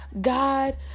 God